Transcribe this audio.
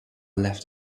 left